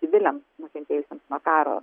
civiliam nukentėjusiems nuo karo